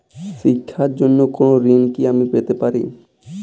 শিক্ষার জন্য কোনো ঋণ কি আমি পেতে পারি?